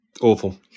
awful